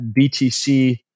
BTC